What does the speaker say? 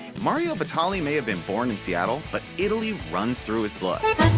mario batali may have been born in seattle, but italy runs through his blood.